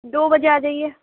دو بجے آ جائیے